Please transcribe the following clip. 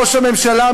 ראש הממשלה,